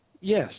Yes